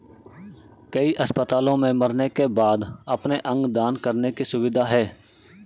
कई अस्पतालों में मरने के बाद अपने अंग दान देने की सुविधा है